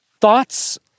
Thoughts